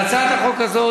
על הצעת החוק הזאת,